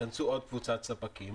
ייכנסו עוד קבוצת ספקים,